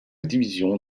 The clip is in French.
division